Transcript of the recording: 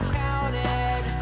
counted